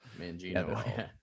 Mangino